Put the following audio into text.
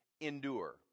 endure